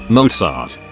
Mozart